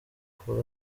kuwa